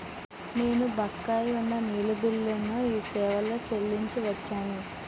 నేను బకాయి ఉన్న నీళ్ళ బిల్లును ఈ సేవాలో చెల్లించి వచ్చాను